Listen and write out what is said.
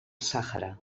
sàhara